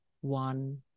one